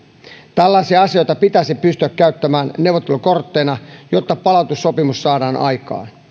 tällaisia asioita pitäisi pystyä käyttämään neuvottelukortteina jotta palautussopimus saadaan aikaan